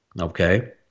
okay